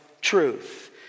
truth